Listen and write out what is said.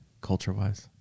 culture-wise